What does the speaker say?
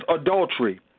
adultery